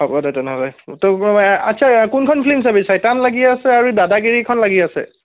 হ'ব দে তেনেহ'লে আচ্ছা কোনখন ফিল্ম চাবি চয়তান লাগি আছে আৰু দাদাগিৰিখন লাগি আছে